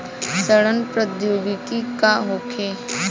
सड़न प्रधौगिकी का होखे?